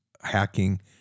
hacking